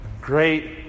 great